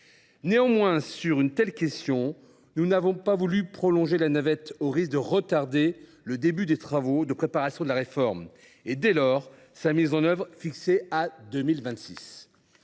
Toutefois, sur une telle question, nous n’avons pas souhaité prolonger la navette, pour ne pas retarder le début des travaux de préparation de la réforme, donc sa mise en œuvre, fixée à 2026.